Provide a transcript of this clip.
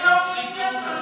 רגע, יש לי עוד בקשה אחת.